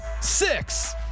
Six